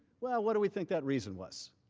what what do we think that reason was?